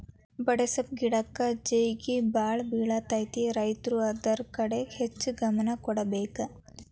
ಬಡೆಸ್ವಪ್ಪ್ ಗಿಡಕ್ಕ ಜೇಗಿಬಾಳ ಬಿಳತೈತಿ ರೈತರು ಅದ್ರ ಕಡೆ ಹೆಚ್ಚ ಗಮನ ಕೊಡಬೇಕ